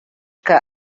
que